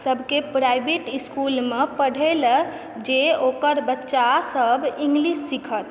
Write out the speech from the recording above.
सके प्राइवेट इस्कूलमे पढ़यलऽ जे ओकर बच्चासभ इंग्लिश सिखत